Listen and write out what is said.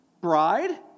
bride